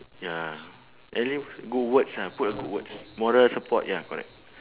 ya at least good words ah put a good words moral support ya correct